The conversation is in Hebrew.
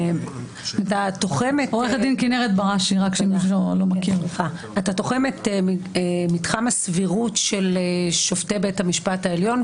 אתה תוחם את מתחם הסבירות של שופטי בית המשפט העליון,